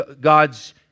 God's